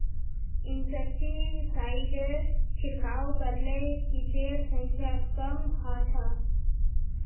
इंसेक्टिसाइडेर छिड़काव करले किटेर संख्या कम ह छ